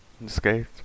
unscathed